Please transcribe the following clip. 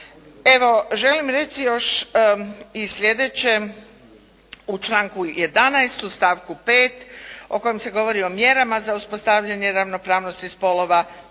Evo želim reći još i sljedeće. U članku 11. u stavku 5. u kojem se govori o mjerama za uspostavljanje ravnopravnosti spolova,